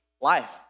life